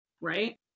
right